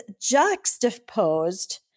juxtaposed